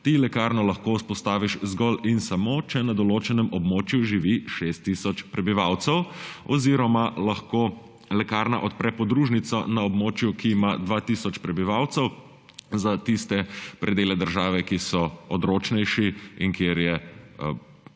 Ti lekarno lahko vzpostaviš zgolj in samo, če na določenem območju živi 6 tisoč prebivalcev, oziroma lahko lekarna odpre podružnico na območju, ki ima 2 tisoč prebivalcev za tiste predele države, ki so odročnejši in kjer je prebivalstvo